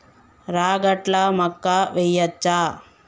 రాగట్ల మక్కా వెయ్యచ్చా?